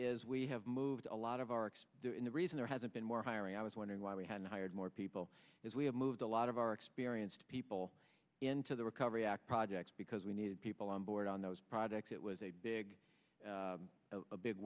is we have moved a lot of arcs in the reason there hasn't been more hiring i was wondering why we haven't hired more people as we have moved a lot of our experienced people into the recovery act projects because we need people on board on those projects it was a big a big